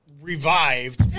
revived